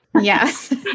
Yes